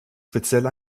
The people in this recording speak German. speziell